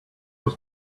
was